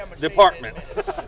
departments